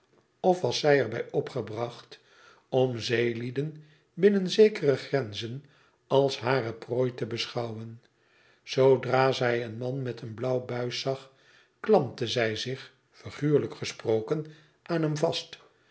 of was zij er bij opgebracht om zeelieden binnen zekere grenzen als hare prooi te beschouwen zoodra zij een man met een blauw buis zag klamtpe hij zich figuurlijk gesproken aan hem vast